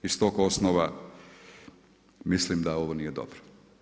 Iz tog osnova mislim da ovo nije dobro.